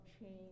change